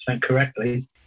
correctly